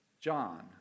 John